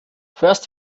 first